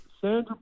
Sandra